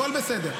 הכול בסדר.